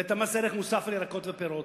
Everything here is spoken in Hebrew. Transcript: ואת מס ערך מוסף על ירקות ופירות,